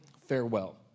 farewell